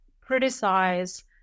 criticize